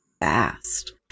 fast